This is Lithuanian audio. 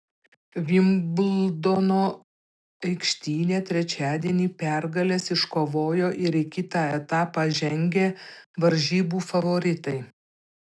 vimbldono aikštyne trečiadienį pergales iškovojo ir į kitą etapą žengė varžybų favoritai